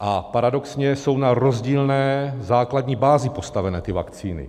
a paradoxně jsou na rozdílné základní bázi postavené ty vakcíny.